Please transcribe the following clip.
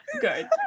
good